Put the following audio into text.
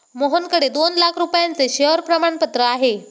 मोहनकडे दोन लाख रुपयांचे शेअर प्रमाणपत्र आहे